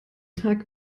tag